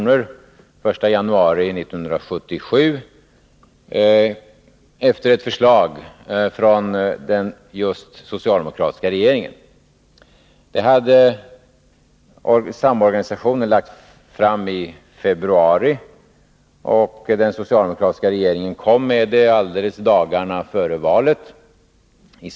den första januari 1977 efter ett förslag från den socialdemokratiska regeringen. Det förslaget hade emellertid samorganisationen lagt fram i februari, och den socialdemokratiska regeringen kom med det i september alldeles dagarna före valet.